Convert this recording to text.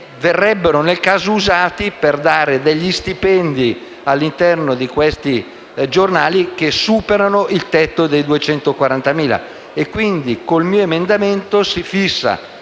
verrebbero nel caso usati per pagare degli stipendi, all'interno di questi giornali, che superano il tetto dei 240.000 euro. Quindi con il mio emendamento si fissa